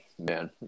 man